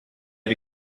had